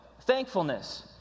thankfulness